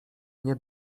nie